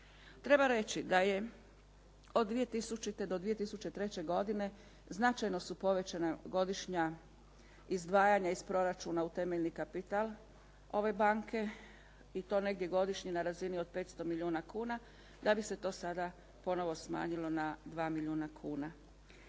Treba reći da je od 2000. do 2003. godine značajno su povećana godišnja izdvajanja iz proračuna u temeljni kapital ove banke i to negdje godišnje na razini od 500 milijuna kuna, da bi se to sada ponovo smanjilo na 2 milijuna kuna.